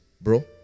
bro